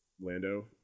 Lando